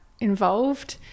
involved